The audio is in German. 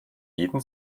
jeden